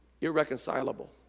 irreconcilable